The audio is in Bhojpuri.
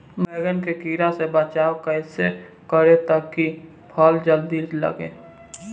बैंगन के कीड़ा से बचाव कैसे करे ता की फल जल्दी लगे?